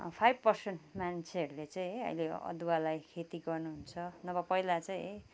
five percent मान्छेहरूले चाहिँ है अहिले अदुवालाई खेती गर्नुहुन्छ नभए पहिला चाहिँ है